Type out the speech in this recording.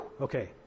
Okay